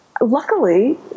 luckily